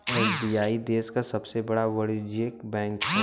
SBI देश क सबसे बड़ा वाणिज्यिक बैंक हौ